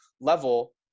level